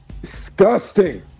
Disgusting